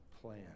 plan